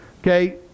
Okay